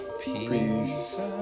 peace